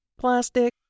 plastic